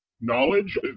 knowledge